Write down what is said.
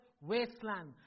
wasteland